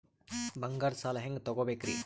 ಬಂಗಾರದ್ ಸಾಲ ಹೆಂಗ್ ತಗೊಬೇಕ್ರಿ?